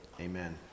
Amen